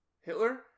Hitler